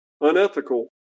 unethical